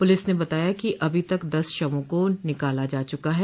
police ने बताया है कि अभी तक दस शवों को निकाला जा चुका है